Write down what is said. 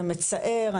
זה מצער,